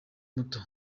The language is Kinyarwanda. muto